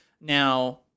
now